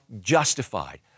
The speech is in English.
justified